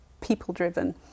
People-driven